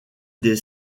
des